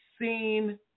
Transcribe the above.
seen